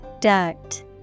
Duct